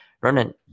Ronan